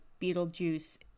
Beetlejuice